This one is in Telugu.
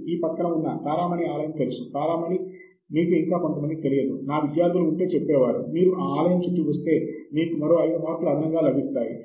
పోలిక కూడా ఉంది